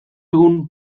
egun